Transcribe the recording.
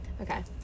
Okay